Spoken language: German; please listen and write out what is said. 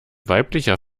weiblicher